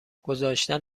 گذاشتن